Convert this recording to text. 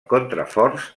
contraforts